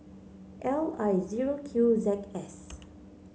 L I zero Q Z S